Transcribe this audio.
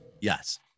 Yes